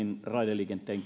raideliikenteen